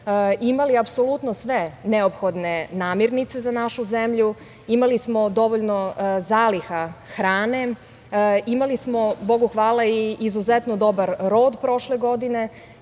imali apsolutno sve neophodne namirnice za našu zemlju, imali smo dovoljno zaliha hrane, imali smo, Bogu hvala i izuzetno dobar rod prošle godine,